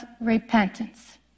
repentance